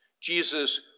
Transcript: Jesus